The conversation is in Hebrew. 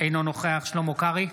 אינו נוכח שלמה קרעי,